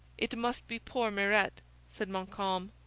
it must be poor mirete said montcalm,